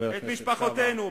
את משפחותינו,